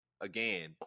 Again